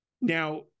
Now